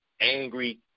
angry